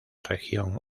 región